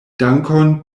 dankon